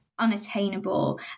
Unattainable